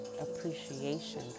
appreciation